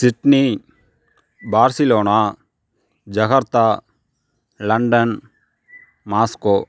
Sydney Barcelona Jakarta London Moscow